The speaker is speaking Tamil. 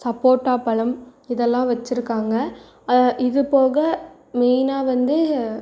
சப்போட்டா பழம் இதெல்லாம் வச்சுருக்காங்க இது போக மெயினாக வந்து